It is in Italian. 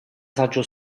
saggio